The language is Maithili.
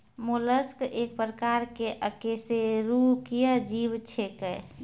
मोलस्क एक प्रकार के अकेशेरुकीय जीव छेकै